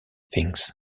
things